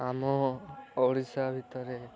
ଆମ ଓଡ଼ିଶା ଭିତରେ